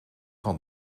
van